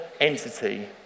entity